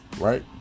Right